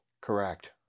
Correct